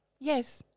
yes